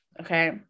okay